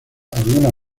algunas